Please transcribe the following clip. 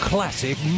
Classic